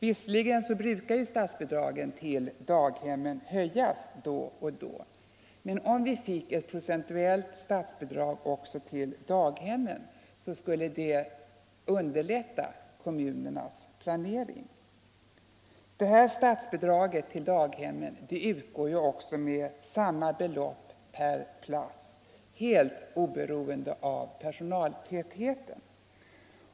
Visserligen brukar statsbidragen till daghemmen höjas då och då, men om vi fick ett procentuellt statsbidrag också för daghemmen skulle detta underlätta kommunernas planering. Vidare utgår statsbidraget till daghemmen med samma belopp per plats, helt oberoende av personaltätheten.